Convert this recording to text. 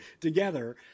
together